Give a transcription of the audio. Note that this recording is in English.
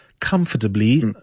Comfortably